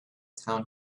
town